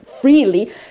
freely